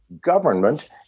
government